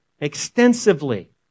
extensively